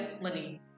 money